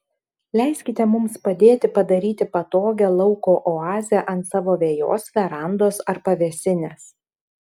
leiskite mums padėti padaryti patogią lauko oazę ant savo vejos verandos ar pavėsinės